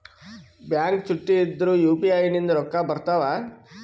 Bank ಚುಟ್ಟಿ ಇದ್ರೂ UPI ನಿಂದ ರೊಕ್ಕ ಬರ್ತಾವಾ?